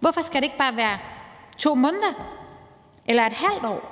Hvorfor skal det ikke bare være 2 måneder eller et halvt år?